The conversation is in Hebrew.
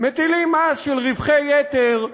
מטילים מס על רווחי יתר,